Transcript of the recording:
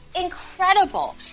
incredible